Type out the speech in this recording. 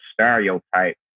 stereotype